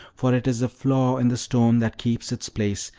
for it is the flaw in the stone that keeps its place,